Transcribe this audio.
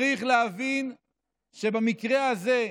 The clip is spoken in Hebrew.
צריך להבין שבמקרה הזה,